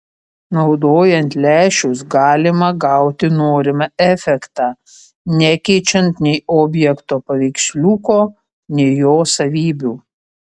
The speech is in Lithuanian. naudojant lęšius galima gauti norimą efektą nekeičiant nei objekto paveiksliuko nei jo savybių